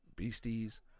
Beasties